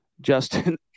Justin